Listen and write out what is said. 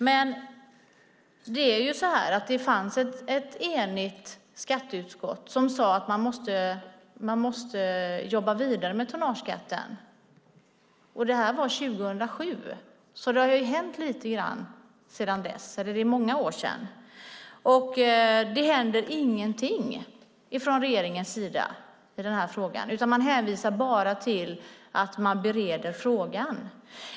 Men det fanns ju ett enigt skatteutskott som sade att man måste jobba vidare med tonnageskatten, och det var 2007. Det är många år sedan, och det händer ingenting från regeringens sida i den här frågan. Man hänvisar bara till att frågan bereds.